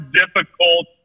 difficult